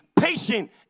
patient